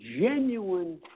genuine